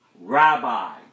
Rabbi